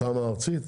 תמ"א ארצית?